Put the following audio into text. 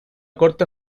corte